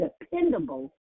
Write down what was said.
dependable